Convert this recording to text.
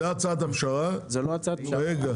זו הצעת הפשרה שלנו.